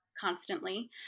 constantly